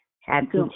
Happy